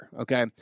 Okay